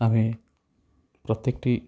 ଆମେ ପ୍ରତ୍ୟେକଟି